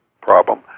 problem